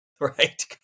right